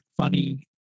funny